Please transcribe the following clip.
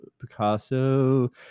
picasso